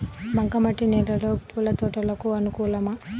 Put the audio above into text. బంక మట్టి నేలలో పూల తోటలకు అనుకూలమా?